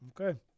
Okay